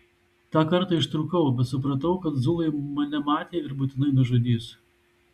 tą kartą ištrūkau bet supratau kad zulai mane matė ir būtinai nužudys